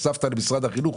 הוספת למשרד החינוך,